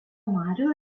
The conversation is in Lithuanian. marių